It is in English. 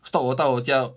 stalk 我到我家